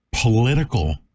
political